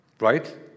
Right